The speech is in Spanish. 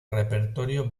repertorio